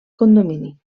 condomini